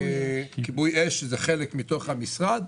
כיבוי אש שזה חלק מתוך המשרד,